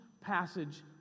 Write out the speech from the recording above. passage